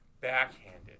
backhanded